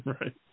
Right